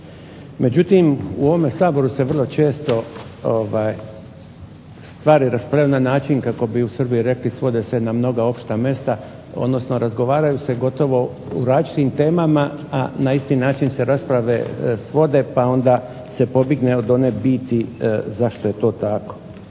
Međutim, u ovom Saboru se vrlo često stvari raspravljaju na način, kako bi u Srbiji rekli svode se na mnoga opšta mesta, odnosno razgovaraju se gotovo o različitim temama, a na isti način se rasprave svode pa onda se pobjegne od one biti zašto je to tako.